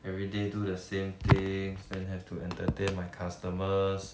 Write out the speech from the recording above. everyday do the same things then have to entertain my customers